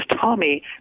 Tommy